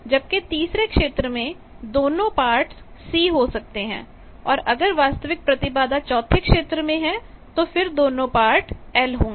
जब कि तीसरे क्षेत्र में दोनों पार्ट् C हो सकते हैं और अगर वास्तविक प्रतिबाधा चौथे क्षेत्र में है तो फिर दोनों पार्ट् L होंगे